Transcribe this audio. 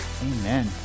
Amen